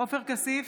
עופר כסיף,